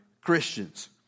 Christians